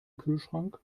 kühlschrank